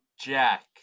Jack